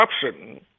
corruption